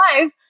life